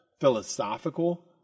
philosophical